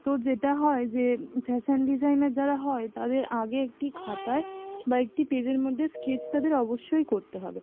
তো যেটা হয় যে ফ্যাশান ডিজাইনার যারা হয় তাদের আগে একটি খাতায় বা একটি পেজের মধ্যে স্কেচ তাদের অবশ্যই করতে হবে